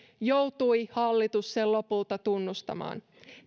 joutui hallitus sen lopulta tunnustamaan